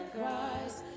Christ